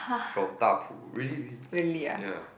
from Dapu really really ya